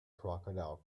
crocodile